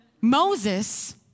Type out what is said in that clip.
Moses